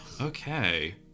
Okay